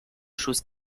chose